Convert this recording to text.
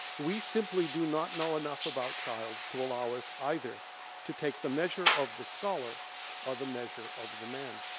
we simply do not know enough about child to allow us either to take the measure of the scholar or the measure of the man.